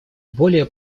более